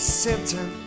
symptom